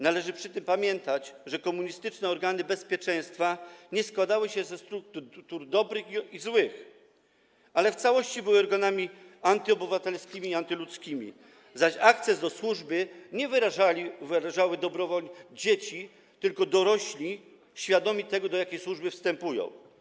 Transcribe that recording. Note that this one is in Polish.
Należy przy tym pamiętać, że komunistyczne organy bezpieczeństwa nie składały się ze struktur dobrych i złych, ale w całości były organami antyobywatelskimi i antyludzkimi, zaś akces do służby zgłaszali dobrowolnie dorośli - nie dzieci, tylko dorośli - świadomi tego, do jakiej służby wstępują.